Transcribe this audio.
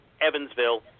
Evansville